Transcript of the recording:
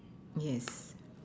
yes